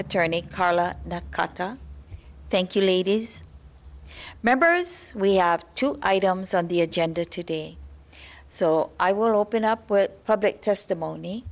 attorney carla kata thank you ladies members we have two items on the agenda today so i will open up with public testimony